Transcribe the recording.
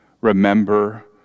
remember